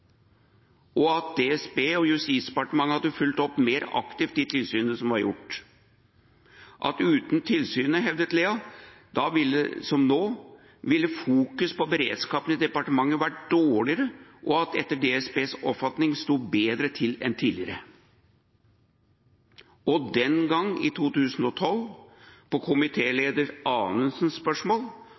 og at DSB og Justisdepartementet hadde fulgt opp mer aktivt de tilsynene som var gjort. Uten tilsynene, hevdet Lea, ville – da som nå – fokus på beredskap i departementene vært dårligere, og at det etter DSBs oppfatning sto bedre til enn tidligere. Og den gang, i 2012, på komitéleder Anundsens spørsmål